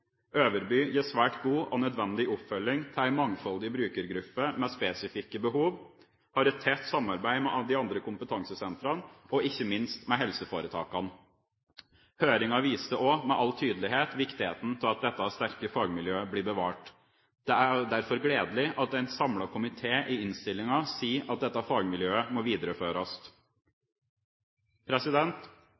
Øverby gir svært god og nødvendig oppfølging til en mangfoldig brukergruppe med spesifikke behov og har et tett samarbeid med de andre kompetansesentrene og ikke minst med helseforetakene. Høringa viste også med all tydelighet viktigheten av at dette sterke fagmiljøet blir bevart. Det er derfor gledelig at en samlet komité i innstillinga sier at dette fagmiljøet må